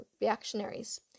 reactionaries